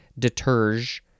deterge